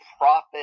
profit